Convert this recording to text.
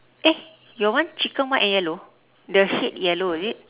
eh your one chicken white and yellow the head yellow is it